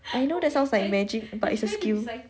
I know that sounds like magic but it's a skill